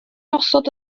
osod